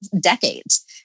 decades